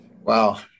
Wow